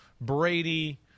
Brady